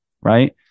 right